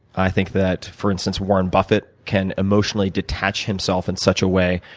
i think that for instance, warren buffett can emotionally detach himself in such a way,